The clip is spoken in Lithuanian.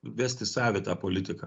vesti savitą politiką